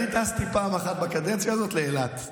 אני טסתי פעם אחת בקדנציה הזאת, לאילת.